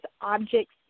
objects